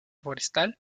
forestal